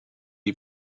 est